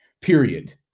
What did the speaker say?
Period